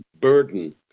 burden